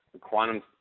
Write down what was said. quantum